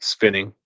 Spinning